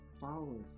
follow